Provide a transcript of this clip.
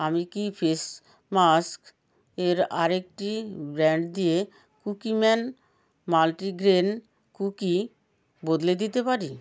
আমি কি face mask এর আরেকটি ব্র্যান্ড দিয়ে কুকিম্যান মাল্টিগ্রেন কুকি বদলে দিতে পারি